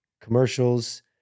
commercials